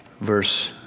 verse